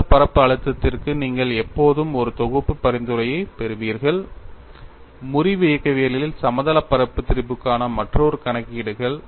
சமதளப் பரப்பு அழுத்தத்திற்கு நீங்கள் எப்போதும் ஒரு தொகுப்பு பரிந்துரையைப் பெறுவீர்கள் முறிவு இயக்கவியலில் சமதளப் பரப்பு திரிபுக்கான மற்றொரு கணக்கீடுகள்